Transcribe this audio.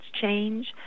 change